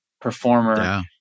performer